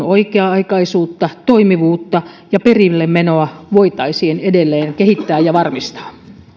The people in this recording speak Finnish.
oikea aikaisuutta toimivuutta ja perillemenoa voitaisiin edelleen kehittää ja varmistaa